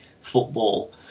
football